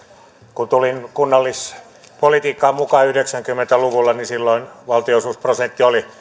kun tulin kunnallispolitiikkaan mukaan yhdeksänkymmentä luvulla niin silloin valtionosuusprosentti oli